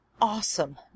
awesome